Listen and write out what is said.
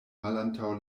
malantaŭ